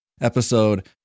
episode